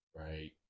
right